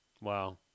Wow